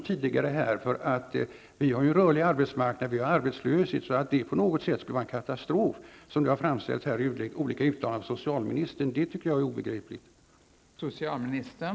Vi har ju en rörlig arbetsmarknad och vi har arbetslöshet. Därför är det för mig obegripligt hur detta kan vara den katastrof som det har framställts som i olika uttalanden av socialministern.